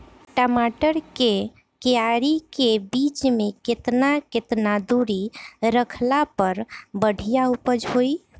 टमाटर के क्यारी के बीच मे केतना केतना दूरी रखला पर बढ़िया उपज होई?